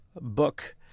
book